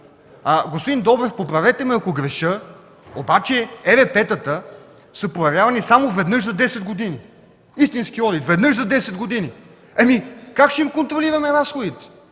Господин Добрев, поправете ме, ако греша, обаче ЕРП-тата са проверявани само веднъж за десет години! Истински одит веднъж за десет години! Как ще им контролираме разходите?